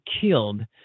killed